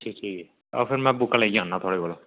आपें ना बुक्कां लेइयै आना थुआढ़े कोल